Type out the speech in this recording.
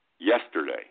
Yesterday